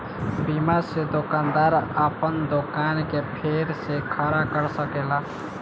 बीमा से दोकानदार आपन दोकान के फेर से खड़ा कर सकेला